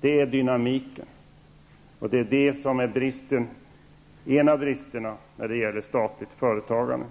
Det är det som är dynamik, och det här är ett exempel på de brister som finns när det gäller statligt företagande.